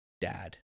dad